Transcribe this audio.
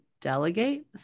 delegate